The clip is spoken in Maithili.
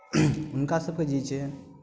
हुनकासभके जे छै